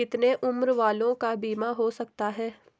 कितने उम्र वालों का बीमा हो सकता है?